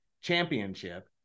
championship